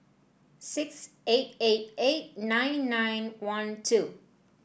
six eight eight eight nine nine one two